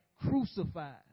crucified